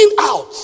out